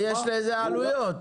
ויש לזה עלויות.